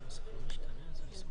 הנוסח